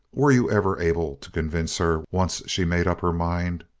were you ever able to convince her, once she made up her mind?